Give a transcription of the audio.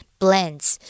blends